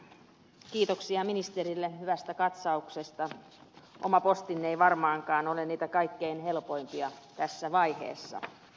kiitoksia ministerille hyvästä katsauksesta oma postinne ei varmaankaan ole niitä kaikkein helpoimpia tässä vaiheessa